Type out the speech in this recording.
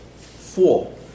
Four